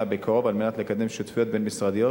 בקרוב על מנת לקדם שותפויות בין-משרדיות